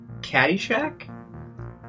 Caddyshack